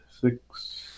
six